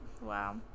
Wow